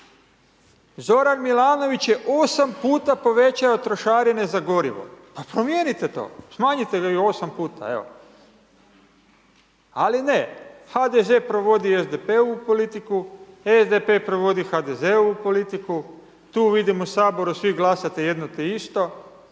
Zoran Milanović je 8 puta povećao trošarine za gorivo, pa promijeniti to, smanjite ga i u 8 puta, evo. Ali ne, HDZ provodi SDP-ovu politiku, SDP provodi HDZ-ovu politiku, tu vidimo u Saboru svi glasate jedno te isto.